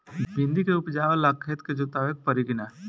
भिंदी के उपजाव ला खेत के जोतावे के परी कि ना?